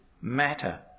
matter